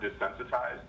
desensitized